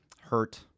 hurt